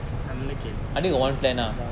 நல்ல கேல்வி:nalla kelvi